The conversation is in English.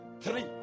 three